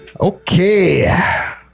Okay